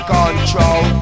control